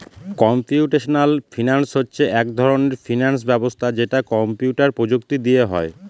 computational finance হচ্ছে এক ধরনের ফিনান্স ব্যবস্থা যেটা কম্পিউটার প্রযুক্তি দিয়ে হয়